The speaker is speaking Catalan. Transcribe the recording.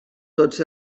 tots